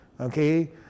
Okay